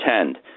attend